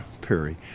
Perry